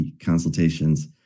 Consultations